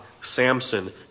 Samson